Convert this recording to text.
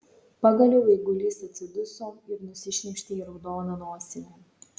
pagaliau eigulys atsiduso ir nusišnypštė į raudoną nosinę